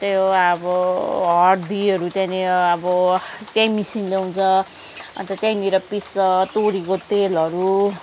त्यही हो अब हर्दीहरू त्यहाँनिर अब त्यहीँ मेसिन ल्याउँछ अन्त त्यहीँनिर पिस्छ तोरीको तेलहरू